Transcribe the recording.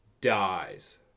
dies